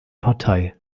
partei